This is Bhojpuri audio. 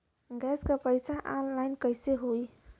गैस क पैसा ऑनलाइन कइसे होई?